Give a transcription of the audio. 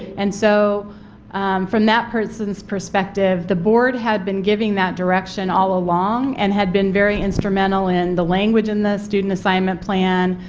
and so from that person's perspective the board had been giving that direction all along, and had been very instrumental in the language in the student assignment plan,